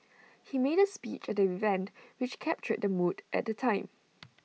he made A speech at the event which captured the mood at the time